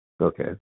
Okay